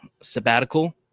sabbatical